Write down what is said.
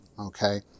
okay